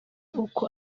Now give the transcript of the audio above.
uko